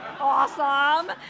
awesome